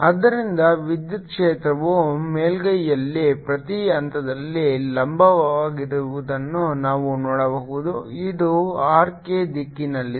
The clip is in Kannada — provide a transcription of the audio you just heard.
ಆದ್ದರಿಂದ ವಿದ್ಯುತ್ ಕ್ಷೇತ್ರವು ಮೇಲ್ಮೈಯಲ್ಲಿ ಪ್ರತಿ ಹಂತದಲ್ಲಿ ಲಂಬವಾಗಿರುವುದನ್ನು ನಾವು ನೋಡಬಹುದು ಇದು r k ದಿಕ್ಕಿನಲ್ಲಿದೆ